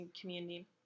community